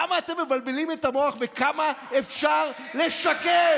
למה אתם מבלבלים את המוח וכמה אפשר לשקר?